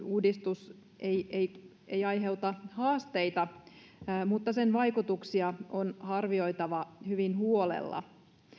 uudistus ei ei aiheuta haasteita mutta sen vaikutuksia on arvioitava hyvin huolella